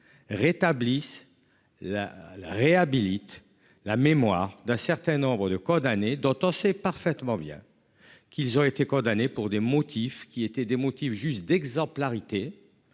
Rétablisse. La le réhabilite la mémoire d'un certain nombre de condamnés dont on sait parfaitement bien qu'ils ont été condamnés pour des motifs qui étaient des motifs juste d'exemplarité.